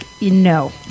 no